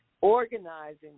organizing